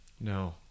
No